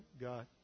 God